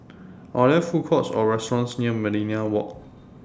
Are There Food Courts Or restaurants near Millenia Walk